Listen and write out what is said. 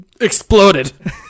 Exploded